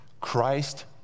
Christ